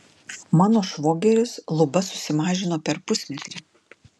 mano švogeris lubas susimažino per pusmetrį